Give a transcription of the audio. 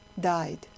died